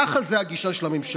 כך היא הגישה של הממשלה.